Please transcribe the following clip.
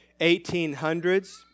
1800s